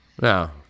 No